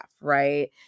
right